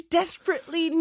desperately